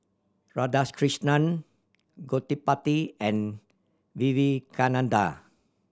Radhakrishnan Gottipati and Vivekananda